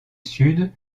sud